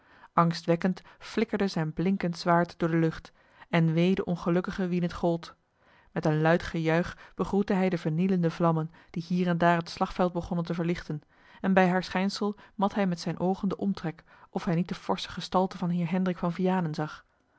angstwekkend flikkerde zijn blinkend zwaard door de lucht en wee den ongelukkige wien het gold met een luid gejuich begroette hij de vernielende vlammen die hier en daar het slagveld begonnen te verlichten en bij haar schijnsel mat hij met zijne oogen den omtrek of hij niet de forsche gestalte van heer hendrik van vianen